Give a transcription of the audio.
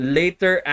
later